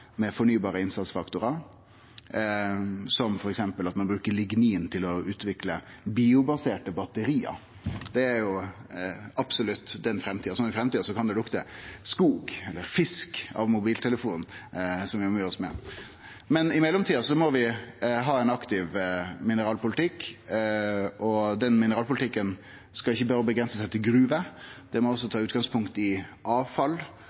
absolutt framtida. Så i framtida kan det lukte skog eller fisk av mobiltelefonane vi omgir oss med. I mellomtida må vi ha ein aktiv mineralpolitikk, og den mineralpolitikken skal ikkje berre avgrense seg til gruver, han må òg ta utgangspunkt i avfall.